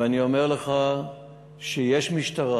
ואני אומר לך שיש משטרה.